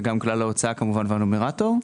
וגם כלל ההוצאה כמובן והנומרטור,